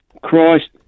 Christ